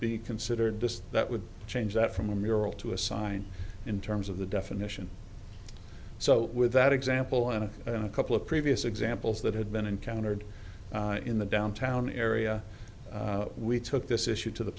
be considered that would change that from a mural to a sign in terms of the definition so with that example and a couple of previous examples that had been encountered in the downtown area we took this issue to the